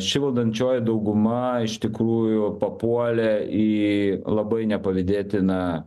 ši valdančioji dauguma iš tikrųjų papuolė į labai nepavydėtiną